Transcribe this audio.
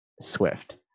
Swift